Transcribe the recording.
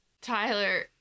Tyler